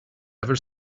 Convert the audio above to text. ever